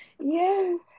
Yes